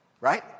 right